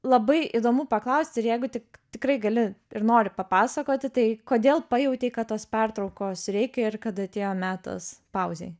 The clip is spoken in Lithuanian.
labai įdomu paklausti ir jeigu tik tikrai gali ir nori papasakoti tai kodėl pajautei kad tos pertraukos reikia ir kad atėjo metas pauzei